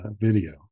video